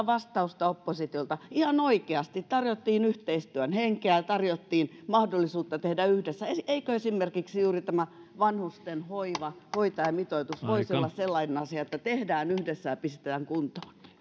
vastausta oppositiolta ihan oikeasti tarjottiin yhteistyön henkeä tarjottiin mahdollisuutta tehdä yhdessä eikö esimerkiksi juuri tämä vanhustenhoiva hoitajamitoitus voisi olla sellainen asia että tehdään yhdessä ja pistetään kuntoon